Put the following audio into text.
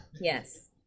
Yes